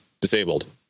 disabled